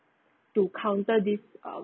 to counter this um